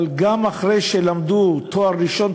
אבל גם אחרי שלמדו תואר ראשון,